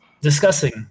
discussing